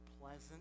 pleasant